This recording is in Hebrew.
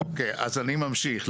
אוקיי, אז אני ממשיך.